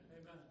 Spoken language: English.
Amen